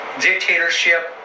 dictatorship